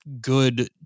good